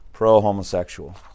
pro-homosexual